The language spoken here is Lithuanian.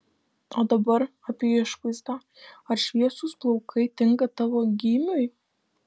o dabar apie išvaizdą ar šviesūs plaukai tinka tavo gymiui